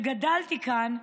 גדלתי כאן,